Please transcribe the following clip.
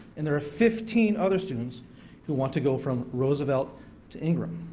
and there are fifteen other students who want to go from roosevelt to ingram.